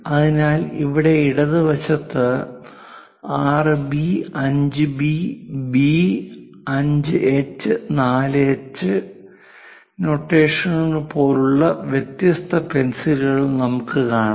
അതിനാൽ ഇവിടെ ഇടത് വശത്ത് 6 B 5 B B 5 H 4 H 6B 5B B 5H 3H 4H നൊട്ടേഷനുകൾ പോലുള്ള വ്യത്യസ്ത പെൻസിലുകൾ നമുക്ക് കാണാം